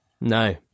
No